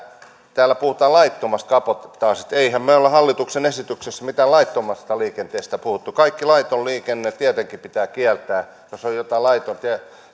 täällä puhutaan laittomasta kabotaasista emmehän me ole hallituksen esityksessä mitään laittomasta liikenteestä puhuneet kaikki laiton liikenne tietenkin pitää kieltää jos on jotain laitonta